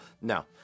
No